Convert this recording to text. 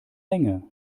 länge